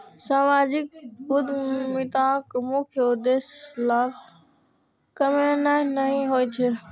सामाजिक उद्यमिताक मुख्य उद्देश्य लाभ कमेनाय नहि होइ छै